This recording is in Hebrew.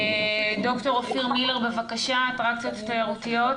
ד"ר אופיר מילר, בבקשה, האטרקציות התיירותיות.